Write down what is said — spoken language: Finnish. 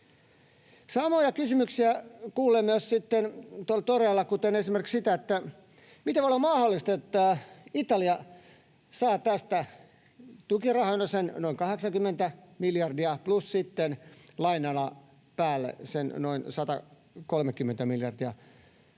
Samoja kysymyksiä kuulee myös sitten tuolla toreilla esimerkiksi siitä, miten voi olla mahdollista, että Italia saa tästä tukirahana sen noin 80 miljardia plus lainana päälle sen noin 130 miljardia